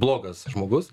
blogas žmogus